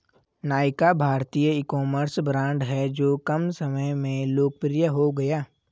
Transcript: नायका भारतीय ecommerce brand हैं जो कम समय में लोकप्रिय हो गया